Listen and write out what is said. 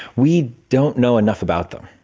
we don't know enough about them.